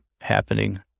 happening